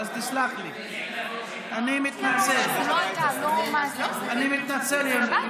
תסלח לי, אני מתנצל בפני כולם.